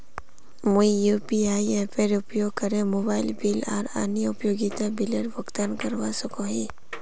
मुई यू.पी.आई एपेर उपयोग करे मोबाइल बिल आर अन्य उपयोगिता बिलेर भुगतान करवा सको ही